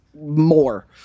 more